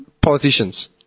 politicians